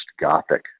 Gothic